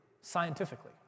scientifically